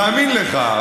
עכשיו תראה מה עשית.